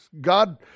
God